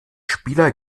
spieler